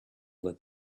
that